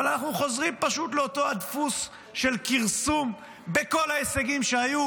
אבל אנחנו חוזרים פשוט לאותו הדפוס של כרסום בכל ההישגים שהיו